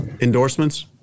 endorsements